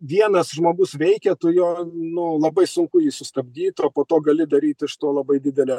vienas žmogus veikia tu jo nu labai sunku jį sustabdyt o po to gali daryt iš to labai didelę